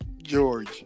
George